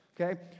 Okay